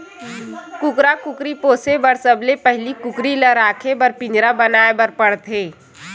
कुकरा कुकरी पोसे बर सबले पहिली कुकरी ल राखे बर पिंजरा बनाए बर परथे